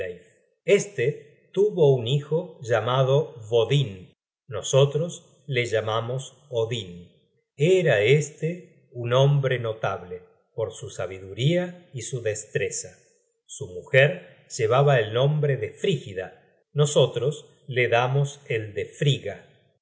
este tuvo un hijo llamado vodinn nosotros le llamamos odin era este un hombre notable por su sabiduría y su destreza su mujer llevaba el nombre de frígida nosotros la damos el de frigga y